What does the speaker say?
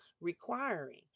requiring